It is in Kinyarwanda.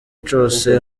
cose